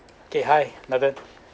okay hi Nathan